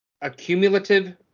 accumulative